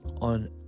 on